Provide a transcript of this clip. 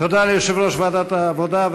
תודה ליושב-ראש ועדת העבודה,